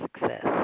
success